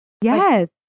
yes